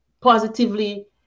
positively